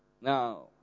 Now